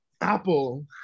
Apple